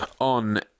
on